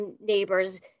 neighbors